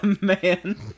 man